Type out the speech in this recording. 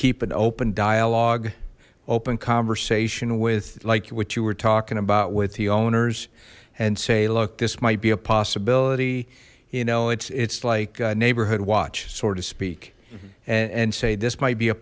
keep an open dialogue open conversation with like what you were talking about with the owners and say look this might be a possibility you know it's it's like neighborhood watch sort of speak and say this might be a